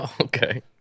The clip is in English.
Okay